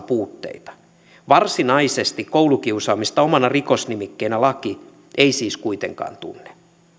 puutteita varsinaisesti koulukiusaamista omana rikosnimikkeenä laki ei siis kuitenkaan tunne